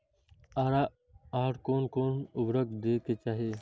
आर कोन कोन उर्वरक दै के चाही?